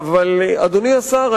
אדוני השר,